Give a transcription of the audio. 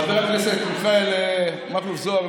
חבר הכנסת מיכאל מכלוף זוהר,